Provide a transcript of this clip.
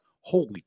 holy